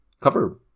cover